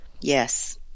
yes